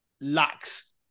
lacks